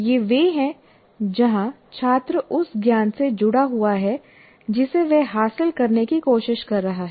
ये वे हैं जहां छात्र उस ज्ञान से जुड़ा हुआ है जिसे वह हासिल करने की कोशिश कर रहा है